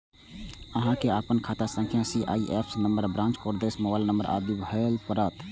अहां कें अपन खाता संख्या, सी.आई.एफ नंबर, ब्रांच कोड, देश, मोबाइल नंबर आदि भरय पड़त